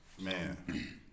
Man